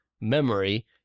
memory